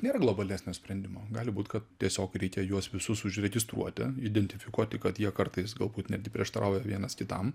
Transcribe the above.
nėra globalesnio sprendimo gali būt kad tiesiog reikia juos visus užregistruoti identifikuoti kad jie kartais galbūt netgi prieštarauja vienas kitam